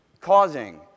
...causing